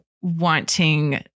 wanting